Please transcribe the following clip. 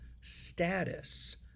status